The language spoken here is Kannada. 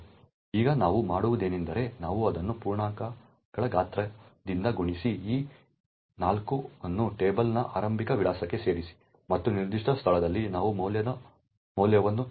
ಈಗ ನಾವು ಮಾಡುವುದೇನೆಂದರೆ ನಾವು ಅದನ್ನು ಪೂರ್ಣಾಂಕಗಳ ಗಾತ್ರದಿಂದ ಗುಣಿಸಿ 4 ಅನ್ನು ಟೇಬಲ್ನ ಆರಂಭಿಕ ವಿಳಾಸಕ್ಕೆ ಸೇರಿಸಿ ಮತ್ತು ನಿರ್ದಿಷ್ಟ ಸ್ಥಳದಲ್ಲಿ ನಾವು ಮೌಲ್ಯದ ಮೌಲ್ಯವನ್ನು ತುಂಬುತ್ತೇವೆ